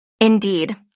Indeed